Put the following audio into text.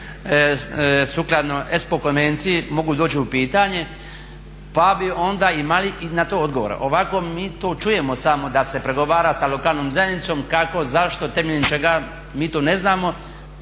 sukladno ESPO konvenciji mogu doći u pitanje, pa bi onda imali i na to odgovore. Ovako mi to čujemo samo da se pregovara sa lokalnom zajednicom kako, zašto, temeljem čega mi to ne znamo